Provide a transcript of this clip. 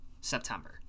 September